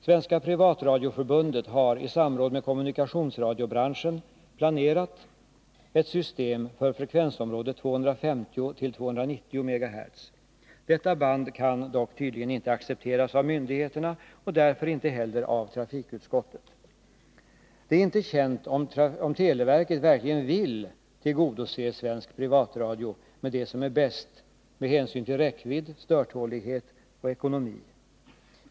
Svenska privatradioförbundet har i samråd med kommunikationsradiobranschen planerat ett system för frekvensområdet 250-290 MHz. Detta band kan dock tydligen inte accepteras av myndigheterna och därför inte heller av trafikutskottet. Det är inte känt om televerket verkligen vill tillgodose svensk privatradio med det som är bäst med hänsyn till räckvidd, störtålighet och ekonomi.